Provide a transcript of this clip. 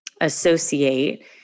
associate